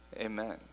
Amen